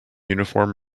uniform